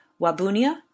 Wabunia